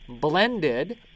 blended